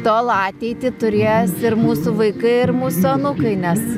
tol ateitį turės ir mūsų vaikai ir mūsų anūkai nes